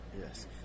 Yes